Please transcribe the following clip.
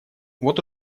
вот